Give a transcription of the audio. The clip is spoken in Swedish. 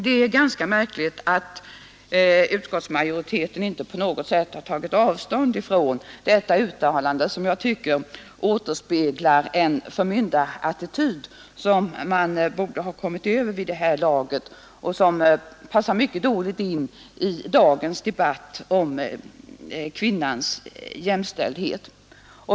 Det är ganska märkligt att utskottsmajoriteten inte på något sätt har tagit avstånd från detta uttalande, som jag tycker återspeglar en 83 förmyndarattityd som man borde ha kommit över vid det här laget och som passar mycket dåligt i dagens debatt om kvinnans jämställdhet.